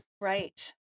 right